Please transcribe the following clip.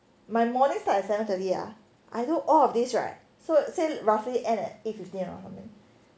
my morning start at seven thirty ah I do all of this right so say roughly end at eight fifteen